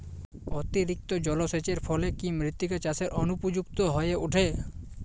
অতিরিক্ত জলসেচের ফলে কি মৃত্তিকা চাষের অনুপযুক্ত হয়ে ওঠে?